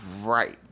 right